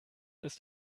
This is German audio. ist